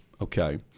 okay